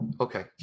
Okay